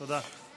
תודה.